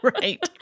Right